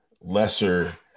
lesser